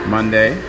Monday